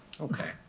Okay